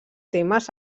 temes